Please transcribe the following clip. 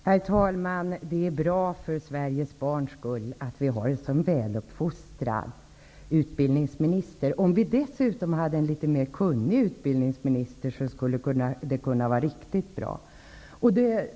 Herr talman! Det är bra för Sveriges barn att vi har en så väluppfostrad utbildningsminister. Det hade varit riktigt bra om vi dessutom hade haft en litet mer kunnig utbildningsminister.